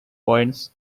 points